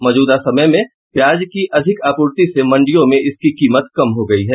मौजूदा समय में प्याज की अधिक आपूर्ति से मंडियों में इसकी कीमत कम हो गई है